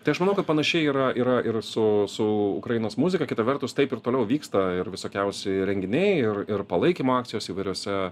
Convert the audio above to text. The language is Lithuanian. tai aš manau kad panašiai yra yra ir su su ukrainos muzika kita vertus taip ir toliau vyksta ir visokiausi renginiai ir ir palaikymo akcijos įvairiuose